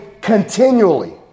continually